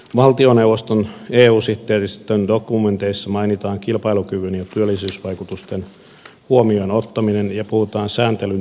valtioneuvoston eu sihteeristön dokumenteissa mainitaan kilpailukyvyn ja työllisyysvaikutusten huomioon ottaminen ja puhutaan sääntelyn toimivuudesta